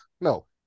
No